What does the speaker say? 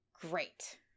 great